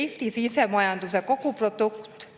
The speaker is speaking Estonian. Eesti sisemajanduse koguprodukt